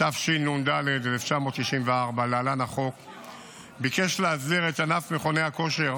התשנ"ד 1994, ביקש להסדיר את ענף מכוני כושר,